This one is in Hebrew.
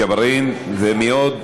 ג'בארין, ומי עוד?